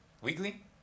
Weekly